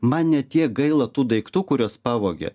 man ne tiek gaila tų daiktų kuriuos pavogė